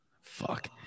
fuck